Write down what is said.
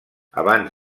abans